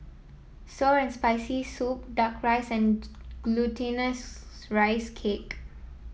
sour and Spicy Soup duck rice and Glutinous Rice Cake